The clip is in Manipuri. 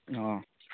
ꯑꯥ